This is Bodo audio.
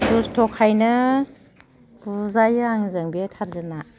दुस्थखायनो बुजायो आंजों बे टारजोना